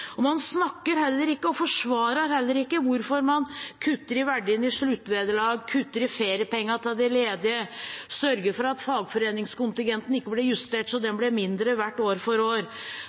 verdien i sluttvederlag, kutter i feriepengene til de ledige, og sørger for at fagforeningskontingenten ikke blir justert, så den blir mindre verdt år for år.